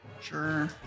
sure